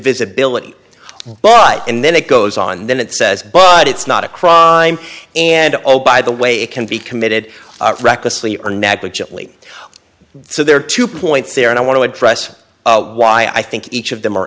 visibility but and then it goes on then it says but it's not a crime and oh by the way it can be committed recklessly or negligently so there are two points there and i want to address why i think each of them are